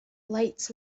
lights